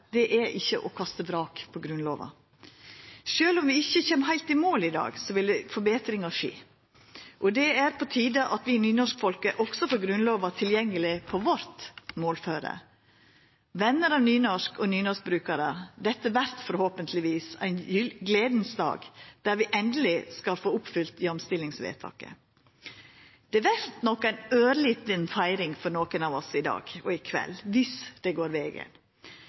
er ikkje å kasta vrak på Grunnlova. Sjølv om vi ikkje kjem heilt i mål i dag, vil forbetringar skje. Og det er på tide at vi nynorskfolk også får Grunnlova tilgjengeleg på vårt målføre. Vener av nynorsk og nynorskbrukarar! Dette vert forhåpentleg ein gledes dag, der vi endeleg skal få oppfylt jamstillingsvedtaket. Det vert nok ei ørlita feiring for nokon av oss i dag og i kveld viss det går vegen.